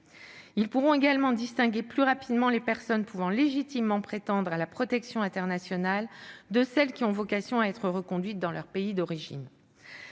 Ils pourront également distinguer plus rapidement les personnes pouvant légitimement prétendre à la protection internationale de celles qui ont vocation à être reconduites dans leur pays d'origine.